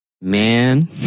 Man